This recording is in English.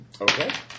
Okay